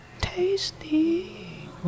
tasty